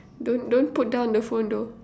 don't don't put down the phone though